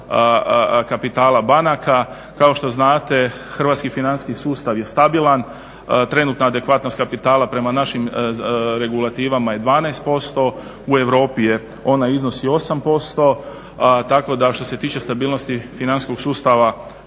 kapitala banaka. Kao što znate, hrvatski financijski sustav je stabilan. Trenutna adekvatnost kapitala prema našim regulativama je 12%, u Europi ona iznosi 8%, tako da što se tiče stabilnosti financijskog sustava